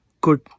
good